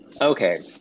Okay